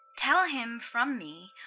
tell him from me,